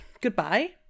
Goodbye